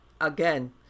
again